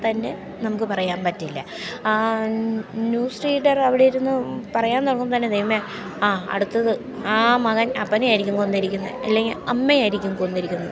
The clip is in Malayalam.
തന്നെ നമുക്ക് പറയാൻ പറ്റില്ല ആ ന്യൂസ് റീഡർ അവിടെ ഇരുന്നു പറയാൻ തുടങ്ങുമ്പം തന്നെ ദൈവമേ ആ അടുത്തത് ആ മകൻ അപ്പനെ ആയിരിക്കും കൊന്നിരിക്കുന്നത് അല്ലെങ്കിൽ അമ്മയെ ആയിരിക്കും കൊന്നിരിക്കുന്നത്